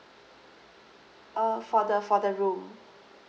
uh for the for the room